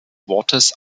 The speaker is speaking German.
wortes